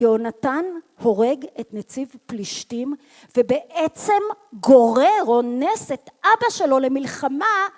יהונתן הורג את נציב פלישתים ובעצם גורר... אונס את אבא שלו למלחמה...